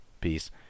Peace